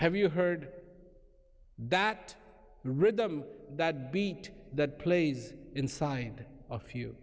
have you heard that rhythm that beat that plays inside a few